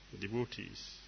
devotees